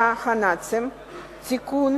נכי המלחמה בנאצים (תיקון,